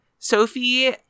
Sophie